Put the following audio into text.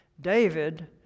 David